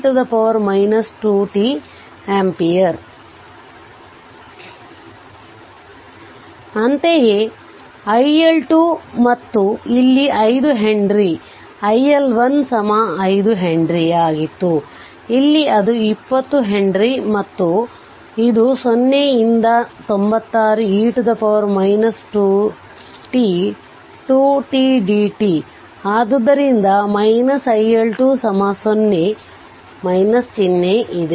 6 e 2t ampere ಅಂತೆಯೇ iL2 ಮತ್ತು ಇಲ್ಲಿ 5 Henry iL1 5 Henry ಆಗಿತ್ತು ಇಲ್ಲಿ ಅದು 20 Henry ಮತ್ತು ಇದು 0 ರಿಂದ 96 e 2t 2 t dt ಆದ್ದರಿಂದ iL2 0 ಚಿಹ್ನೆ ಇದೆ